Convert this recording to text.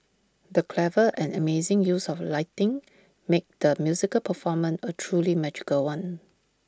the clever and amazing use of lighting made the musical performance A truly magical one